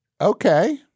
Okay